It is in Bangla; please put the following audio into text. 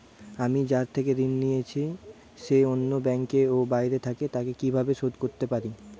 আমি যার থেকে ঋণ নিয়েছে সে অন্য ব্যাংকে ও বাইরে থাকে, তাকে কীভাবে শোধ করতে পারি?